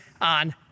on